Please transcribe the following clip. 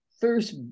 first